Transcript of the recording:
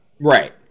Right